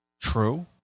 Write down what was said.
True